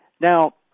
Now